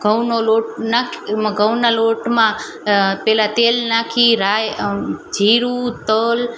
ઘઉંનો લોટ નાખ એમાં ઘઉંના લોટમાં પહેલાં તેલ નાખી રાઈ જીરું તલ